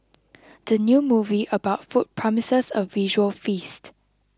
the new movie about food promises a visual feast